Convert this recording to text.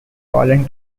colon